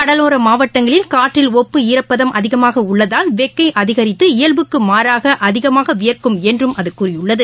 கடலோரமாவட்டங்களில் காற்றில் ஒப்பு ஈரப்பதம் அதிகமாகஉள்ளதால் வெக்கைஅதிகரித்து இயல்புக்குமாறாகஅதிகமாகவியர்க்கும் என்றுஅதுகூறியுள்ளது